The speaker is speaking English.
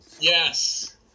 Yes